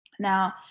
Now